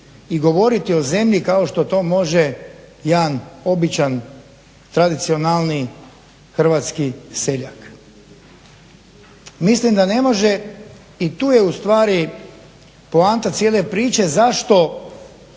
i govoriti o zemlji kao što to može jedan običan tradicionalni hrvatski seljak. Mislim da ne može. I tu je ustvari poanta cijele priče zašto